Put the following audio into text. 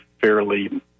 fairly